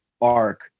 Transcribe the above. arc